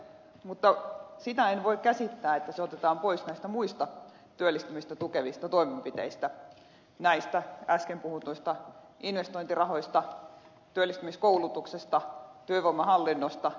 mutta sitä en voi käsittää että se otetaan pois näistä muista työllistämistä tukevista toimenpiteistä näistä äsken puhutuista investointirahoista työllistämiskoulutuksesta työvoimahallinnosta työllistämistuista